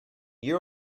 you